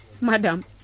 Madam